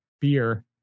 beer